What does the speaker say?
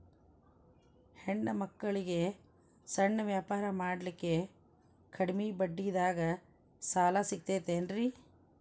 ಹೆಣ್ಣ ಮಕ್ಕಳಿಗೆ ಸಣ್ಣ ವ್ಯಾಪಾರ ಮಾಡ್ಲಿಕ್ಕೆ ಕಡಿಮಿ ಬಡ್ಡಿದಾಗ ಸಾಲ ಸಿಗತೈತೇನ್ರಿ?